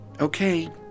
Okay